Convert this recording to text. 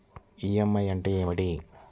EMI అంటే ఏమిటి?